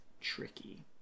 tricky